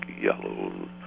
yellow